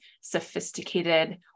sophisticated